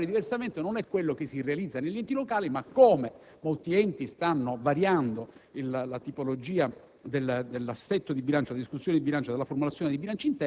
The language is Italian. la prova che secondo noi si debba agire diversamente non è quello che si realizza negli enti locali, ma - come molti enti stanno variando la tipologia